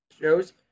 Shows